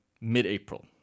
mid-April